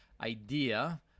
idea